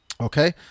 Okay